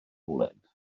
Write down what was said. bwled